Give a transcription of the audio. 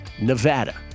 Nevada